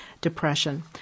depression